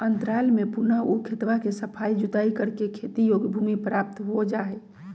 अंतराल में पुनः ऊ खेतवा के सफाई जुताई करके खेती योग्य भूमि प्राप्त हो जाहई